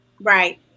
Right